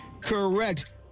Correct